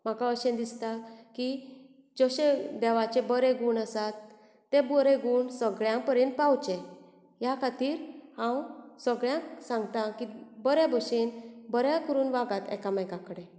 म्हाका अशें दिसतां की जशें देवाचें बरें गूण आसात तें बरें गूण सगळ्यां पर्यंत पावचें ह्या खातीर हांव सगळ्यांक सांगतां की बऱ्यां बाशेन बरें करुन वागात एकामेका कडेन